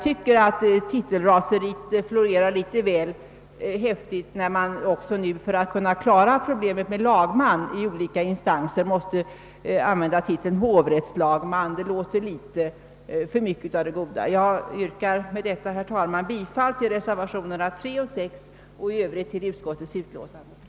Titelraseriet florerar enligt min mening väl häftigt när man för att kunna klara problemet med lagman i olika instanser måste använda titeln hovrättslagman. Det är litet för mycket av det goda. Jag yrkar, herr talman, bifall till reservationerna 3 och 6 och i övrigt till utskottets hemställan.